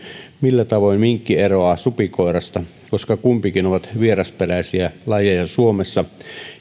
millä tavoin minkki eroaa supikoirasta koska kumpikin ovat vierasperäisiä lajeja suomessa ja